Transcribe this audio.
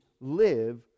live